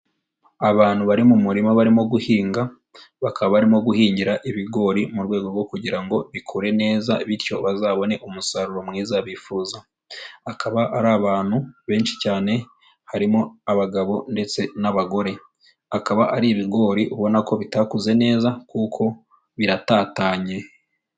Abantu bari mu murima barimo guhinga, bakaba barimo guhingira ibigori mu rwego rwo kugira ngo bikure neza bityo bazabone umusaruro mwiza bifuza. Akaba ari abantu benshi cyane harimo abagabo ndetse n'abagore, akaba ari ibigori ubona ko bitakoze neza kuko biratatanye.